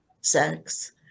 sex